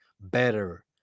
better